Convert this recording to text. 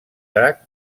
drac